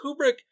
Kubrick